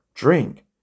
drink